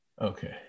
Okay